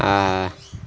ah